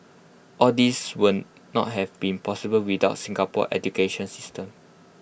all these would not have been possible without Singapore's education system